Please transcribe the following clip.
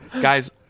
Guys